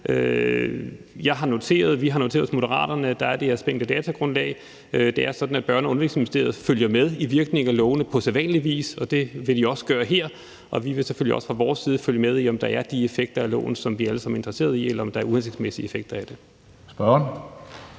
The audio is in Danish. her. Vi har noteret os hos Moderaterne, at der er det her spinkle datagrundlag. Det er sådan, at Børne- og Undervisningsministeriet følger med i virkningen af loven på sædvanlig vis, og det vil de også gøre her. Vi vil selvfølgelig også fra vores side følge med i, om der er de effekter af loven, som vi alle sammen interesseret i, eller om der er uhensigtsmæssige effekter af den. Kl.